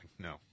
No